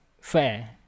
fair